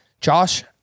Josh